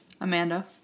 Amanda